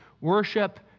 worship